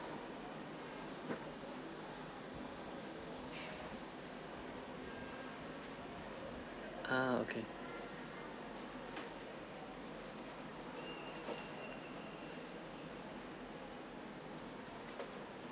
ah okay